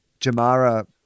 Jamara